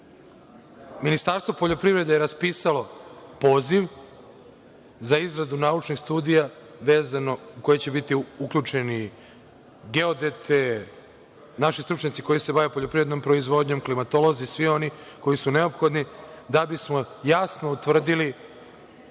Ministarstvo poljoprivrede je raspisalo poziv za izradu naučnih studija u koje će biti uključeni geodeti, naši stručnjaci koji se bave poljoprivrednom proizvodnjom, klimatolozi, svi oni koji su neophodni da bismo jasno utvrdili